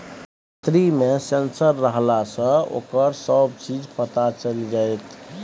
पतरी मे सेंसर रहलासँ ओकर सभ चीज पता चलि जाएत